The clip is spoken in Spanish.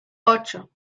ocho